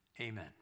Amen